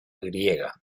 griega